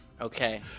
Okay